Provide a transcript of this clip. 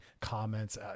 comments